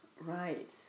right